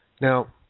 Now